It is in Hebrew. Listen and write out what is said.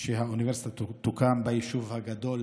שהאוניברסיטה תוקם ביישוב הגדול